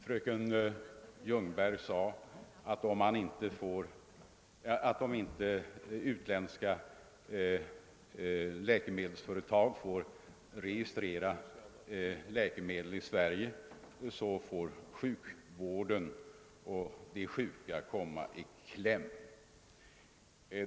Fröken Ljungberg ansåg att om inte utländska läkemedelsföretag får registrera läkemedel i Sverige, så kommer sjukvården och de sjuka i kläm.